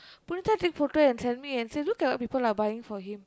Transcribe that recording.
Punitha take photo and tell me and say look at what people are buying for him